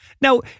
now